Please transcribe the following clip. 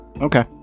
Okay